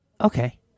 Okay